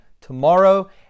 tomorrow